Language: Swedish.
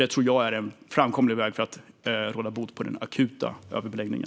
Det tror jag är en framkomlig väg för att råda bot på den akuta överbeläggningen.